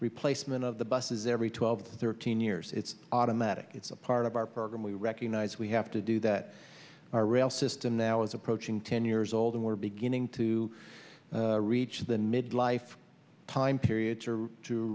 replacement of the buses every twelve thirteen years it's automatic it's a part of our program we recognize we have to do that our rail system now is approaching ten years old and we're beginning to reach the mid life time period